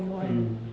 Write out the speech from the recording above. mm